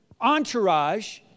entourage